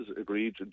agreed